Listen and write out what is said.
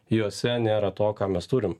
juose nėra to ką mes turim